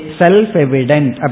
self-evident